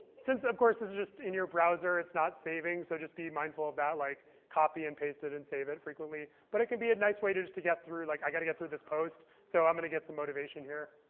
since of course, this is just in your browser, it's not saving. so just be mindful of that. like copy, and paste it, and save it frequently. but it can be a nice way just to get through. like i got to get through this post, so i'm going to get some motivation here.